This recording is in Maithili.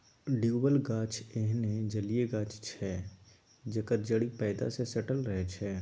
डुबल गाछ एहन जलीय गाछ छै जकर जड़ि पैंदी सँ सटल रहै छै